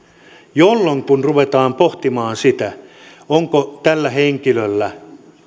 jolloin kun ruvetaan pohtimaan sitä onko tällä henkilöllä